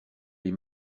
les